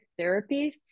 therapists